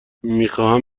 میخواهم